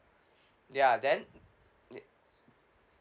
ya then ya